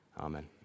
Amen